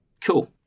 Cool